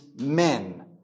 men